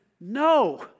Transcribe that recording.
no